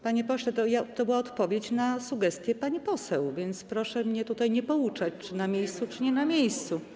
Panie pośle, to była odpowiedź na sugestię pani poseł, więc proszę mnie nie pouczać, czy na miejscu, czy nie na miejscu.